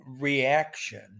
reaction